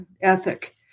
ethic